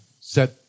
set